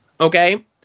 okay